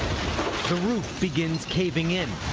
the roof began caving in.